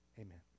Amen